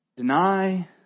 Deny